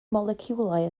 moleciwlau